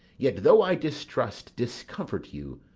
yet, though i distrust, discomfort you,